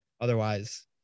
otherwise